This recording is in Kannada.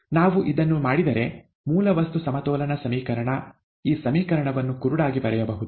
ನಾವು ಇದನ್ನು ಮಾಡಿದರೆ ಮೂಲ ವಸ್ತು ಸಮತೋಲನ ಸಮೀಕರಣ ಈ ಸಮೀಕರಣವನ್ನು ಕುರುಡಾಗಿ ಬರೆಯಬಹುದು